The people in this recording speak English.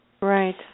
Right